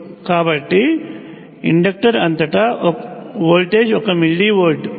కాబట్టి ఇండక్టర్ అంతటా వోల్టేజ్ 1 మిల్లీ వోల్ట్లు